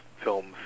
films